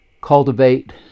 cultivate